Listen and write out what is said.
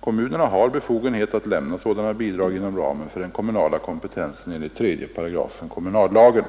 Kommunerna har befogenhet att lämna sådana bidrag inom ramen för den kommunala kompetensen enligt 3 § kommunallagen.